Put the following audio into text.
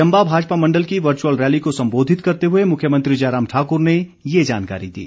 चंबा भाजपा मंडल की virtual rally को संबोधित करते हुए मुख्यमंत्री जयराम ठाकुर ने ये जानकारी दी